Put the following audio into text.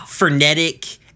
frenetic